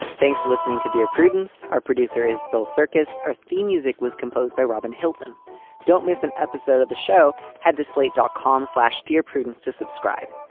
thanks for listening to dear prudence. our producer is phil cercas. our theme music was composed by robin hilton don't miss an episode of the show. head to slate dot com slash dear prudence to subscribe.